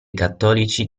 cattolici